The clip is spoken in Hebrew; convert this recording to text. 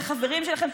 את החברים שלכם,